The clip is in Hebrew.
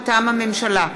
מטעם הממשלה: